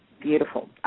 Beautiful